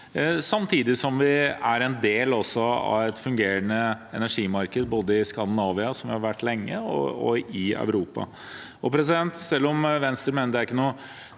samtidig som vi er en del av et fungerende energimarked både i Skandinavia, som vi har vært lenge, og i Europa. Selv om Venstre mener det ikke er noe